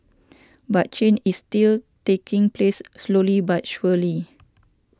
but change is still taking place slowly but surely